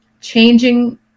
changing